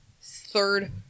third